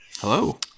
Hello